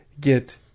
get